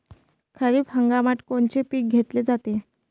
खरिप हंगामात कोनचे पिकं घेतले जाते?